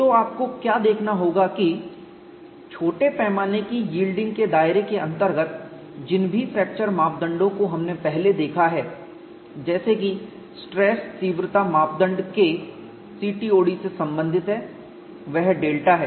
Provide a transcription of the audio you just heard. तो आपको क्या देखना होगा कि छोटे पैमाने की यील्डिंग के दायरे के अंतर्गत जिन भी फ्रैक्चर मापदंडों को हमने पहले देखा है जैसे कि स्ट्रेस तीव्रता मापदंड K CTOD से संबंधित है वह डेल्टा है